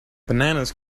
bananas